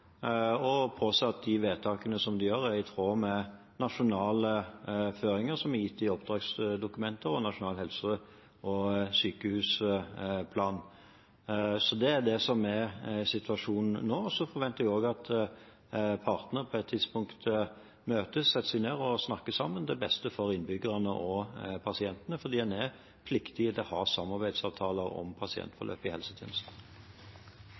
og påse at de vedtakene de gjør, er i tråd med nasjonale føringer gitt i oppdragsdokumenter og i Nasjonal helse- og sykehusplan. Det er situasjonen nå. Jeg forventer også at partene på et tidspunkt møtes, setter seg ned og snakker sammen – til beste for innbyggerne og pasientene – fordi man er pliktig til å ha samarbeidsavtaler om pasientforløp i helsetjenesten.